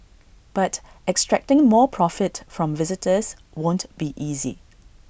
but extracting more profit from visitors won't be easy